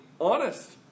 honest